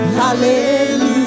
hallelujah